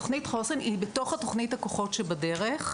תוכנית חוסן היא בתוך התכנית הכוחות שבדרך.